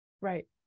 Right